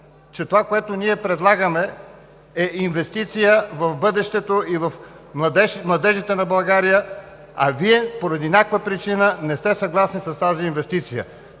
че това, което ние предлагаме, е инвестиция в бъдещето и в младежта на България, а Вие поради някаква причина не сте съгласни с тази инвестиция.